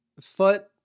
foot